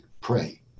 pray